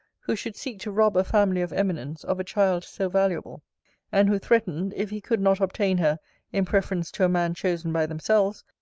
who should seek to rob a family of eminence of a child so valuable and who threatened, if he could not obtain her in preference to a man chosen by themselves,